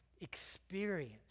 experience